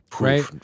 right